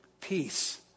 Peace